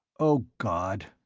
oh, god,